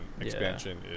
expansion